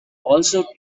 also